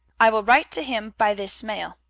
i will write to him by this mail.